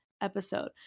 episode